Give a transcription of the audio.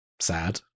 sad